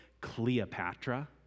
Cleopatra